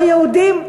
או יהודים,